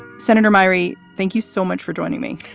senator murray, thank you so much for joining me.